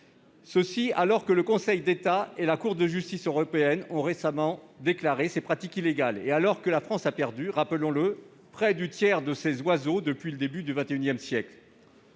déclin, alors même que le Conseil d'État et la Cour de justice de l'Union européenne ont récemment déclaré ces pratiques illégales et que la France a perdu- rappelons-le -près du tiers de ses oiseaux depuis le début du XXI siècle.